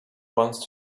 once